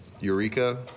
Eureka